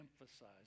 emphasize